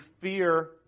fear